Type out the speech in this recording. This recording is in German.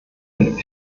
den